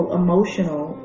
emotional